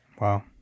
Wow